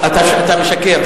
אתה משקר.